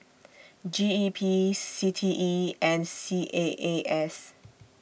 G E P C T E and C A A S